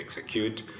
execute